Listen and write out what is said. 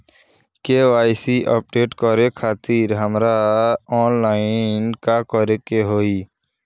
KYC update करे खातिर हमरा ऑनलाइन का करे के होई?